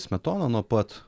smetona nuo pat